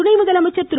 துணை முதலமைச்சர் திரு